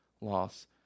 loss